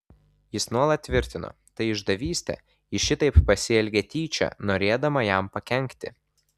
jis nuolat tvirtino tai išdavystė ji šitaip pasielgė tyčia norėdama jam pakenkti